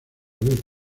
vivo